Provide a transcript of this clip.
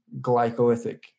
glycolytic